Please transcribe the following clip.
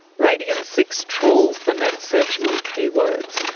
radian six trawls the net searching on keywords,